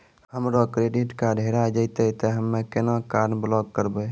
हमरो credit card हेरा जेतै ते हम्मय केना कार्ड ब्लॉक करबै?